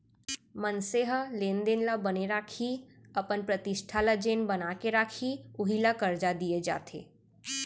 मनसे ह लेन देन ल बने राखही, अपन प्रतिष्ठा ल जेन बना के राखही उही ल करजा दिये जाथे